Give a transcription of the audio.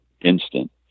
instant